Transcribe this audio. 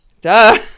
Duh